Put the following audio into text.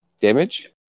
Damage